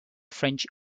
french